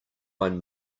one